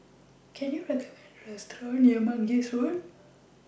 Can YOU recommend Me A Restaurant near Mangis Road